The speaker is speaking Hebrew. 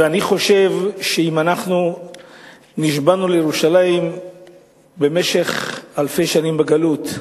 אני חושב שאם אנחנו נשבענו לירושלים במשך אלפי שנים בגלות,